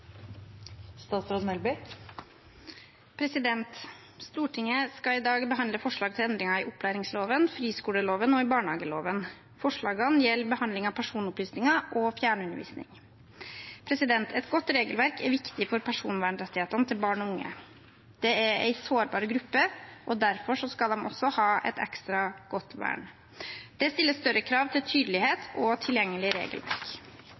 Stortinget behandler i dag forslag til endringer i opplæringsloven, friskoleloven og barnehageloven. Forslagene gjelder behandling av personopplysninger og fjernundervisning. Et godt regelverk er viktig for personvernrettighetene til barn og unge. Det er en sårbar gruppe, derfor skal de ha et ekstra godt vern. Det stiller større krav til tydelighet og et tilgjengelig regelverk.